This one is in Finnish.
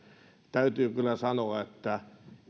täytyy kyllä sanoa että